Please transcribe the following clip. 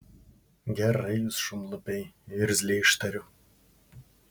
gerai jūs šunlupiai irzliai ištariu